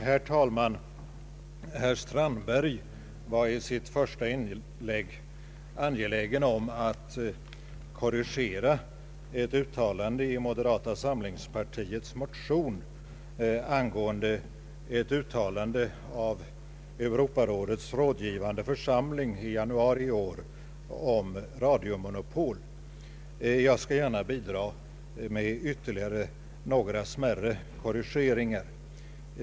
Herr talman! Herr Strandberg var i sitt första inlägg angelägen om att kor rigera ett uttalande i moderata samlingspartiets motion angående ett uttalande av Europarådets rådgivande församling i januari i år om radiomonopol. Jag skall gärna bidra med några ytterligare smärre korrigeringar.